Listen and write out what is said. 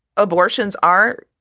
abortions are,